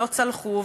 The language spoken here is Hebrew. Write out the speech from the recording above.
שלא צלחו,